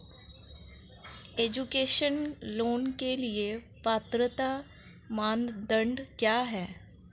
Education loan के लिए पात्रता मानदंड क्या है?